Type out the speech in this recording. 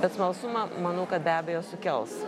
bet smalsumą manau kad be abejo sukels